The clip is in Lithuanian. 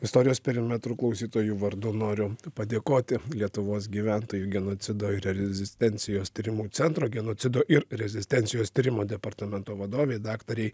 istorijos perimetru klausytojų vardu noriu padėkoti lietuvos gyventojų genocido ir rezistencijos tyrimo centro genocido ir rezistencijos tyrimo departamento vadovei daktarei